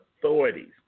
authorities